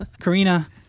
Karina